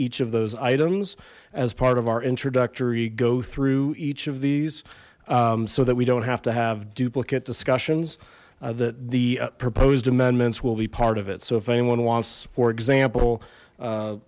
each of those items as part of our introductory go through each of these so that we don't have to have duplicate discussions that the proposed amendments will be part of it so if anyone wants for example